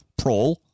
Prol